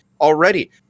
already